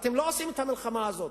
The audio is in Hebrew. אתם לא עושים את המלחמה הזאת.